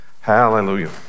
hallelujah